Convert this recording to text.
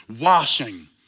washing